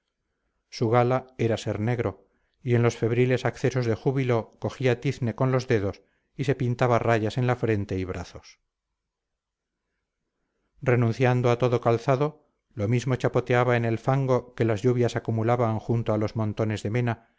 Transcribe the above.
su gala era ser negro y en los febriles accesos de júbilo cogía tizne con los dedos y se pintaba rayas en la frente y brazos renunciando a todo calzado lo mismo chapoteaba en el fango que las lluvias acumulaban junto a los montones de mena